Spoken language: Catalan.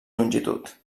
longitud